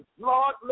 Lord